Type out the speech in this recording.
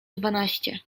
dwanaście